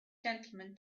gentlemen